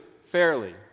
fairly